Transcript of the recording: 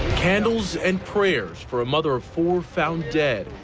candles and prayers for a mother of four found dead.